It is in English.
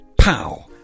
Pow